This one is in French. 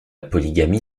polygamie